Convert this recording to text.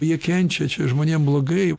jie kenčia čia žmonėm blogai